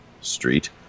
street